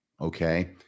Okay